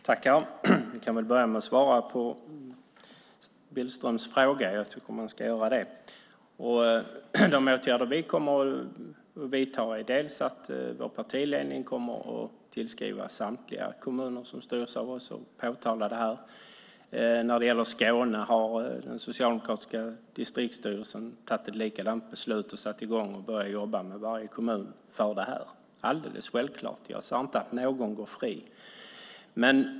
Herr talman! Jag kan börja med att svara på Billströms fråga. De åtgärder vi kommer att vidta är att vår partiledning kommer att tillskriva samtliga kommuner som styrs av oss och påtala det här. När det gäller Skåne har den socialdemokratiska distriktsstyrelsen tagit ett likadant beslut och satt i gång att jobba med varje kommun. Det är alldeles självklart. Jag sade inte att någon går fri.